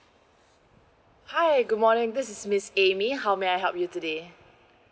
hi good morning this is miss A M Y how may I help you today